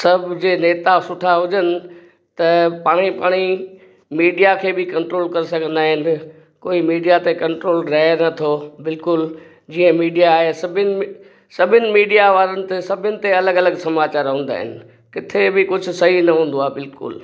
सभु जे नेता सुठा हुजनि त पाण ई पाण ई मीडिया खे बि कंट्रोल करे सघंदा आहिनि कोई मीडिया ते कंट्रोल रहे नथो बिल्कुलु जीअं मीडिया आहे सभिनि सभिनि मीडिया वारनि ते सभिनि ते अलॻि अलॻि समाचार हूंदा आहिनि किथे बि कुझु सई न हूंदो आहे बुल्कुलु